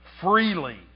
freely